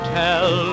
tell